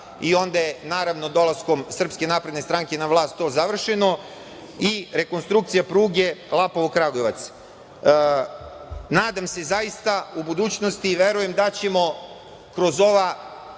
i onda je naravno dolaskom SNS na vlast to završeno i rekonstrukcija pruge Lapovo-Kragujevac. Nadam se zaista u budućnosti i verujem da ćemo kroz ova,